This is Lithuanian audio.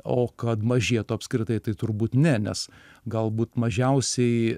o kad mažėtų apskritai tai turbūt ne nes galbūt mažiausiai